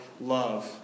love